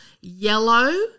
yellow